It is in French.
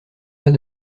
pas